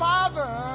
Father